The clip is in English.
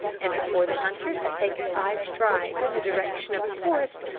and before the hunters had taken five strides in the direction of the forest,